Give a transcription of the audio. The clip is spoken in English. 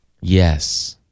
Yes